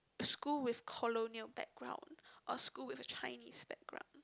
school with colonial background or school with a Chinese background